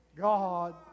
God